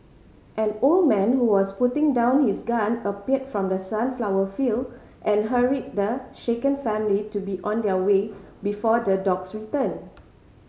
an old man who was putting down his gun appeared from the sunflower field and hurried the shaken family to be on their way before the dogs return